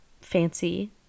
fancy